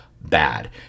bad